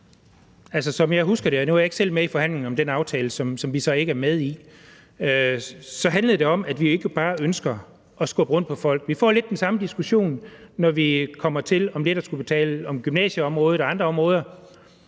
i den aftale, og jeg var ikke selv med i forhandlingerne om den – så handlede det om, at vi ikke bare ønskede at skubbe rundt på folk. Vi får lidt den samme diskussion, når vi om lidt kommer til at skulle tale om gymnasieområdet og andre områder,